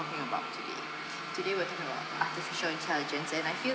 talking about today today we are talking about artificial intelligence and I feel